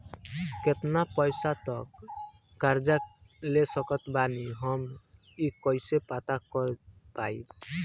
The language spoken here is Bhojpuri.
केतना पैसा तक कर्जा ले सकत बानी हम ई कइसे पता कर पाएम?